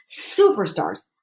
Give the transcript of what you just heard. superstars